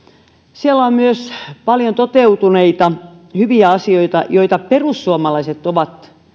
siellä on myös paljon toteutuneita hyviä asioita joita perussuomalaiset ovat